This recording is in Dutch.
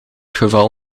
geval